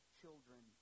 children